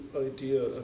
idea